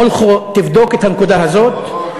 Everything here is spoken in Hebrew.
מולכו, תבדוק את הנקודה הזאת.